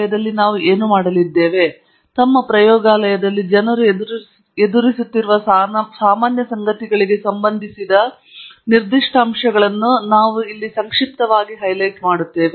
ಹಾಗಾಗಿ ನಾವು ಇಲ್ಲಿ ಏನು ಮಾಡಲಿದ್ದೇವೆ ಸಂಕ್ಷಿಪ್ತವಾಗಿ ಕೇವಲ ತಮ್ಮ ಪ್ರಯೋಗಾಲಯದಲ್ಲಿ ಜನರು ಎದುರಿಸುತ್ತಿರುವ ಕೆಲವು ಸಾಮಾನ್ಯ ಸಂಗತಿಗಳಿಗೆ ಸಂಬಂಧಿಸಿದ ಸುರಕ್ಷತೆಯ ನಿರ್ದಿಷ್ಟ ಅಂಶಗಳನ್ನು ಹೈಲೈಟ್ ಮಾಡುತ್ತಾರೆ